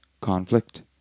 conflict